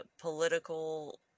political